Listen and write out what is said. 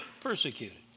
persecuted